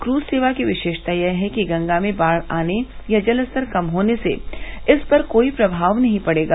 cruise सेवा की विषेशता यह है कि गंगा में बाढ़ आने या जलस्तर कम होने से इस पर कोई प्रभाव नहीं पड़ेगा